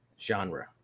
genre